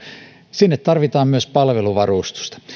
sinne tarvitaan myös palveluvarustusta